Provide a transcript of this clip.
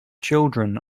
children